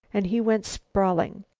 and he went sprawling.